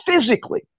physically